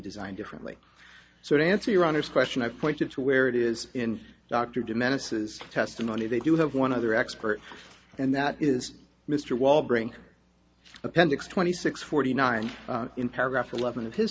designed differently so to answer your honor's question i pointed to where it is in dr diminishes testimony they do have one other expert and that is mr walgren appendix twenty six forty nine